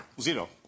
zero